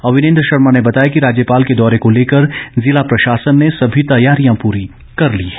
अविनेन्द्र शर्मा ने बताया कि राज्यपाल के दौरे को लेकर जिला प्रशासन ने सभी तैयारियां पूरी कर ली है